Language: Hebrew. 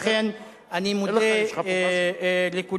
לכן אני מודה לכולם.